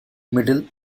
middle